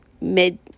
mid